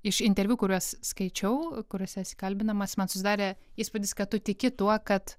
iš interviu kuriuos skaičiau kuriuose esi kalbinamas man susidarė įspūdis kad tu tiki tuo kad